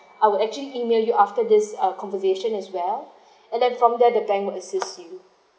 I will actually email you after this uh conversation as well and then from there the bank will assist you